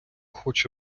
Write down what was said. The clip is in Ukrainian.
хоче